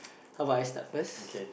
how about I start first